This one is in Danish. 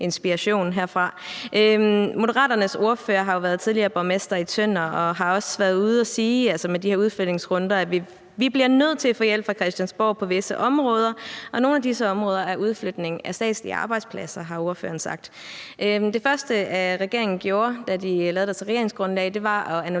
Moderaternes ordfører har jo tidligere været borgmester i Tønder og har også været ude at sige i forbindelse med de her udflytningsrunder: Vi bliver nødt til at få hjælp fra Christiansborg på visse områder, og et af disse områder er udflytningen af statslige arbejdspladser. Det har ordføreren sagt. Det første, regeringen gjorde, da de lavede deres regeringsgrundlag, var at annullere